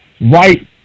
right